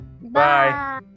Bye